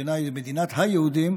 המדינה היא מדינת היהודים,